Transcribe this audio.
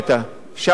רק משפט אחרון,